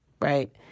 right